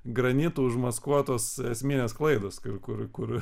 granitu užmaskuotos esminės klaidos kur kur